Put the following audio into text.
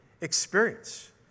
experience